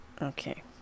Okay